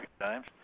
times